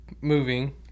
moving